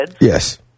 Yes